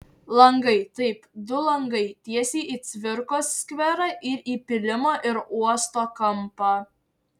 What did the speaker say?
langai taip du langai tiesiai į cvirkos skverą į pylimo ir uosto kampą